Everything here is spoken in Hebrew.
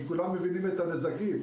כי כולם מבינים את הנזקים.